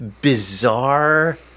bizarre